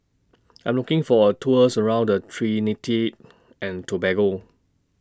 I'm looking For A Tour around Trinidad and Tobago